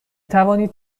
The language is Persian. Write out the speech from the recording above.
توانید